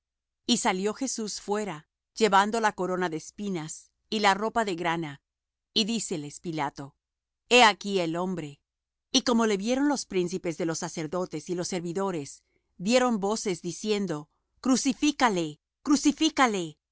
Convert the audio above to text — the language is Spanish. y salió jesús fuera llevando la corona de espinas y la ropa de grana y díceles pilato he aquí el hombre y como le vieron los príncipes de los sacerdotes y los servidores dieron voces diciendo